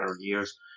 years